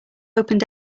opened